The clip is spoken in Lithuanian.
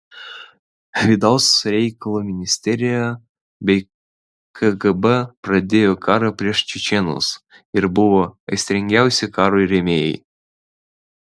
vidaus reikalų ministerija bei kgb pradėjo karą prieš čečėnus ir buvo aistringiausi karo rėmėjai